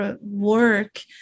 work